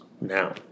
now